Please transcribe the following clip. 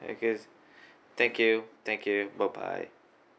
okay thank you thank you bye bye